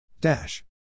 Dash